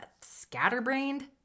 scatterbrained